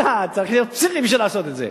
צריך להיות פסיכי בשביל לעשות את זה.